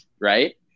right